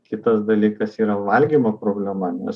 kitas dalykas yra valgymo problema nes